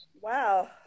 Wow